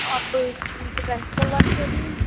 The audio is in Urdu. آپ اسکول کی پرنسپل بات کر رہی ہیں